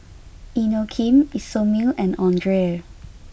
Inokim Isomil and Andre